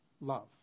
love